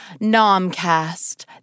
NOMCAST